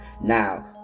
Now